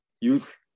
Youth